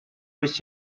which